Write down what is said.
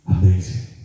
Amazing